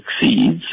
succeeds